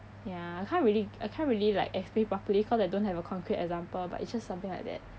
ya I can't really I can't really like explain properly cause I don't have a concrete example but it's just something like that